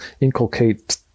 inculcate